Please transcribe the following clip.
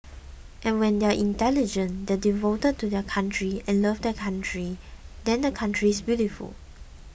and when they are intelligent they are devoted to their country and love their country then the country is beautiful